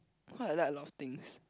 cause I like a lot of things